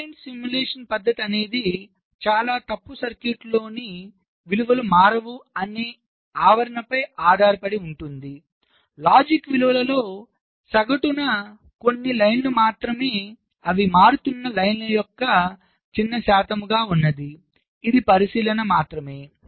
ఉమ్మడి తప్పు అనుకరణ అనేది చాలా తప్పు సర్క్యూట్లలోని విలువలు మారవు అనే ఆవరణపై ఆధారపడి ఉంటుంది లాజిక్ విలువలలో సగటున కొన్ని పంక్తులు మాత్రమే అవి మారుతున్న పంక్తుల యొక్క చిన్న శాతం గా ఉన్నది ఇది పరిశీలన మాత్రమే